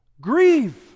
Grieve